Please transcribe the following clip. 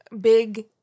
Big